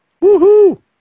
Woo-hoo